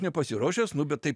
nepasiruošęs nu bet taip